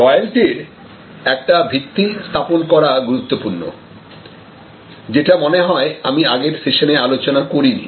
লয়ালটির একটা ভিত্তি স্থাপন করা গুরত্বপূর্ণ যেটা মনে হয় আমি আগের সেশনে আলোচনা করিনি